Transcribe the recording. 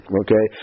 okay